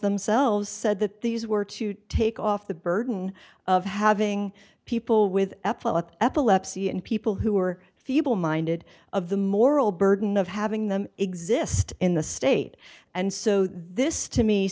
themselves said that these were to take off the burden of having people with epilepsy and people who were feeble minded of the moral burden of having them exist in the state and so this to me